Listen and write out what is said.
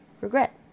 Regret